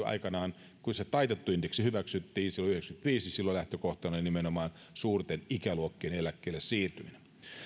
aikanaan kun se taitettu indeksi hyväksyttiin silloin yhdeksänkymmentäviisi lähtökohtana oli nimenomaan suurten ikäluokkien eläkkeelle siirtyminen